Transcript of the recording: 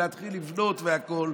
להתחיל לבנות והכול.